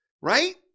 right